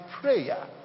prayer